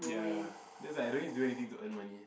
ya just like I don't need to do anything to earn money